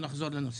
רוצה לחזור לנושא.